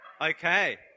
Okay